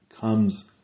comes